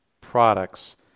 products